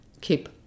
Keep